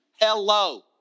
Hello